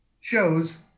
shows